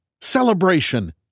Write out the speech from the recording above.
Celebration